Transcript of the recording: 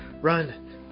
run